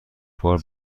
بار